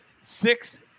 six